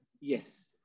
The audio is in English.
Yes